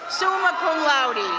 summa cum laude.